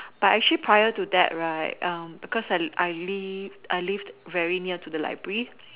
but actually prior to that right um because I I live I lived very near to the library